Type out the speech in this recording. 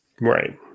right